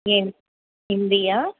హిందీ ఆ